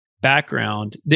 background